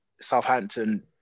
Southampton